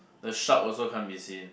the shark also can't be seen